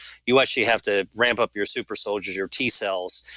you actually have to ramp up your super soldier, your t cells,